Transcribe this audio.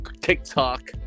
TikTok